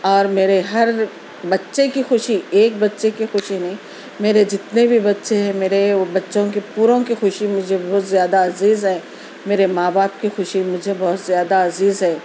اور میرے ہر بچے کی خوشی ایک بچے کی خوشی نہیں میرے جتنے بھی بچے میرے بچوں کے پوروں کی خوشی مجھے بہت زیادہ عزیز ہے میرے ماں باپ کی خوشی مجھے بہت زیادہ عزیز ہے